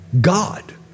God